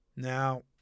Now